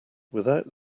without